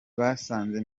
basanze